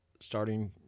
starting